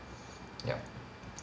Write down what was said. yup